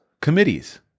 committees